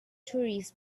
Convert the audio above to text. tourists